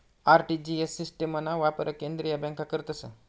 RTGS सिस्टिमना वापर केंद्रीय बँका करतस